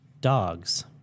dogs